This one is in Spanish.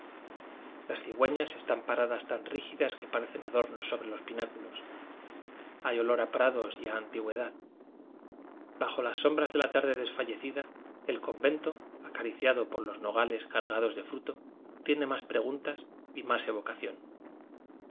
las cigüeñas están paradas tan rígidas que parecen adornos sobre los pináculos hay olor a prados y a antigüedad bajo las sombras de la tarde desfallecida el con vento acariciado por los nogales cargados de fruto tiene más preguntas y más evo